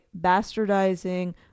bastardizing